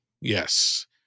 Yes